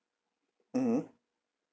mmhmm